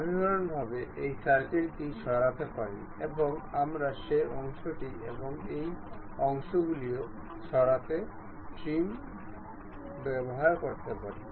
আসুন আমরা এই ট্যান্জেন্ট মেট কে বোঝার জন্য কিছু নতুন জিওমেট্রি লোড করি